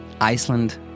Iceland